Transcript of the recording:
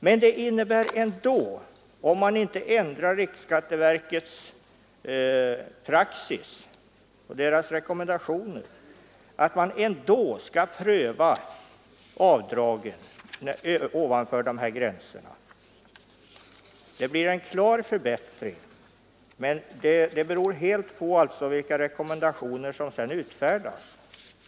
Men om man inte ändrar riksskatte Nr 49 verkets praxis och dess rekommendationer, betyder det ändå att rätten Onsdagen den till avdrag skall prövas ovanför de här gränserna. Det blir en klar 27 mars 1974 förbättring, men den beror också på vilka rekommendationer som sedan utfärdas.